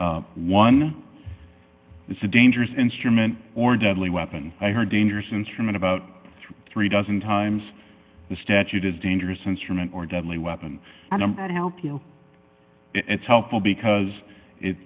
one is a dangerous instrument or a deadly weapon i heard dangerous instrument about three dozen times the statute is dangerous instrument or deadly weapon it's helpful because